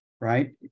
right